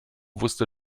wusste